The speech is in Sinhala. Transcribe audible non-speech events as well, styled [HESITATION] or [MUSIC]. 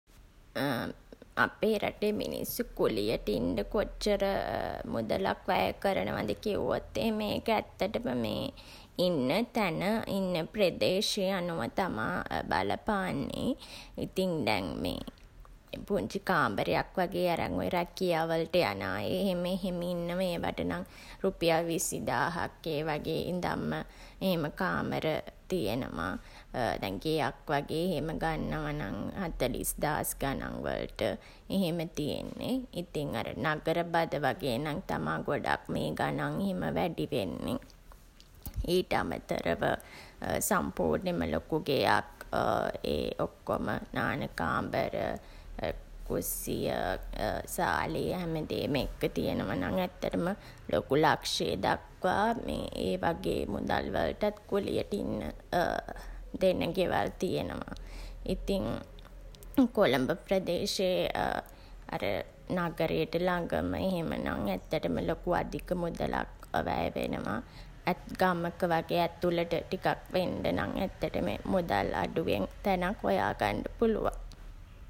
[HESITATION] අපේ රටේ මිනිස්සු කුලියට ඉන්ඩ කොච්චර [HESITATION] මුදලක් වැය කරනවද කිව්වොත් එහෙම ඒක ඇත්තටම [HESITATION] ඉන්න තැන, ඉන්න ප්‍රදේශය අනුව තමා [HESITATION] බලපාන්නේ. ඉතින් දැන් මේ පුංචි කාමරයක් වගේ අරන් ඔය රැකියා වලට යන අය එහෙම එහෙම ඉන්නවා. ඒවට නම් රුපියල් විසිදාහක් ඒ වගේ ඉඳන්ම එහෙම කාමර තියනවා. [HESITATION] දැන් ගෙයක් වගේ එහෙම ගන්නවා නම් හතලිස් දාස් ගණන් වලට එහෙම තියෙන්නේ. ඉතින් අර නගරබද වගේ නම් තමා ගොඩක්ම ඒ ගණන් එහෙම වැඩි වෙන්නේ. ඊට අමතරව [HESITATION] සම්පූර්ණයෙන්ම ලොකු ගෙයක් [HESITATION] ඒ ඔක්කොම නාන කාමර, [HESITATION] කුස්සිය, [HESITATION] සාලේ හැමදේම එක්ක තියනවා නම් ඇත්තටම ලොකු ලක්ෂය දක්වා මේ ඒ වගේ මුදල් වලටත් කුලියට ඉන්න [HESITATION] දෙන ගෙවල් තියනවා. ඉතින් කොළඹ ප්‍රදේශයේ [HESITATION] අර නගරයට ළඟම එහෙම නම් ඇත්තටම ලොකු අධික මුදලක් වැය වෙනවා. [HESITATION] ගමක වගේ ඇතුලට ටිකක් වෙන්ඩ නම් ඇත්තටම මුදල් අඩුවෙන් තැනක් හොයාගන්ඩ පුළුවන්.